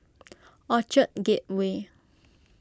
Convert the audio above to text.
Orchard Gateway